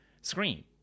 screen